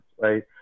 right